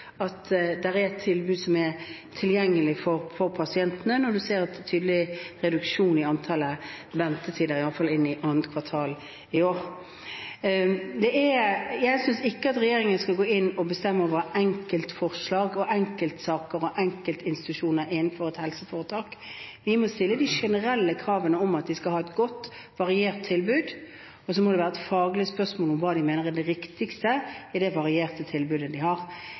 at det er tilbud som er tilgjengelige for pasientene, når en ser at det er en tydelig reduksjon i ventetiden, iallfall inn i 2. kvartal i år. Jeg synes ikke at regjeringen skal gå inn og bestemme over enkeltforslag og enkeltsaker og enkeltinstitusjoner innenfor et helseforetak. Vi må stille de generelle kravene om at de skal ha et godt, variert tilbud, og så må det være et faglig spørsmål hva man mener er det viktigste i det varierte tilbudet de har.